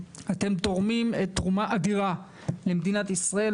אתם תורמים תרומה אדירה למדינת ישראל,